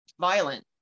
violent